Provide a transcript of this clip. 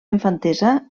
infantesa